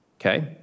Okay